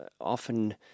often